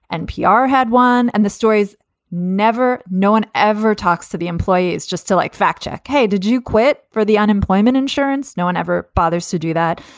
npr had one. and the stories never. no one ever talks to the employees just to like fact check. hey, did you quit for the unemployment insurance? no one ever bothers to do that.